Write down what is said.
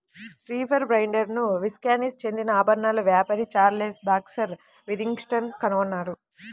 reaper బైండర్ను Wisconsin చెందిన ఆభరణాల వ్యాపారి చార్లెస్ బాక్స్టర్ విథింగ్టన్ కనుగొన్నారు